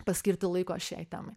paskirti laiko šiai temai